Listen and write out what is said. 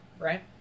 Right